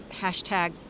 hashtag